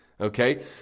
okay